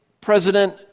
president